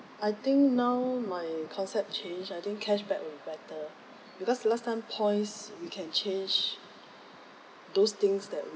I think now my concept change I think cashback will be better because last time points you can change those things that